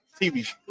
TV